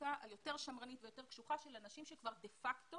הסטטיסטיקה היותר שמרנית ויותר קשוחה של אנשים שכבר דה פקטו